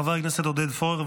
חבר הכנסת עודד פורר,